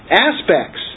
aspects